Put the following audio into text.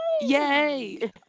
yay